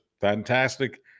fantastic